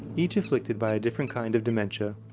each afflicted by a different kind of dementia.